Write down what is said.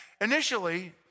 initially